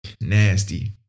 nasty